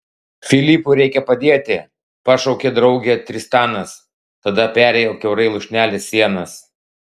filipui reikia padėti pašaukė draugę tristanas tada perėjo kiaurai lūšnelės sienas